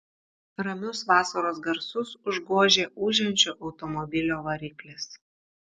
ramius vasaros garsus užgožė ūžiančio automobilio variklis